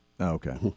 okay